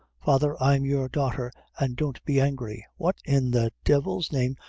father, i'm your daughter, an' don't be angry! what, in the devil's name,